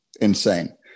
insane